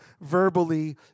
verbally